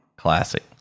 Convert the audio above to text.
Classic